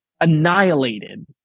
annihilated